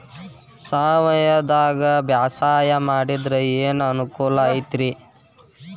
ಸಾವಯವದಾಗಾ ಬ್ಯಾಸಾಯಾ ಮಾಡಿದ್ರ ಏನ್ ಅನುಕೂಲ ಐತ್ರೇ?